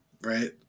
right